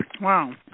Wow